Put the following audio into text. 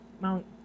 Mount